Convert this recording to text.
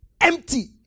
Empty